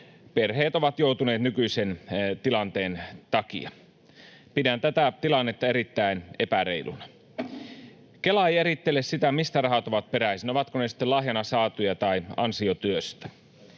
perheet ovat joutuneet nykyisen tilanteen takia. Pidän tätä tilannetta erittäin epäreiluna. Kela ei erittele sitä, mistä rahat ovat peräisin, ovat ne sitten lahjana saatuja tai ansiotyöstä.